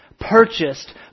purchased